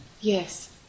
Yes